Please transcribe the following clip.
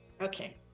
Okay